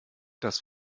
das